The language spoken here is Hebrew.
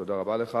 תודה רבה לך,